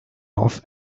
off